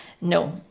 no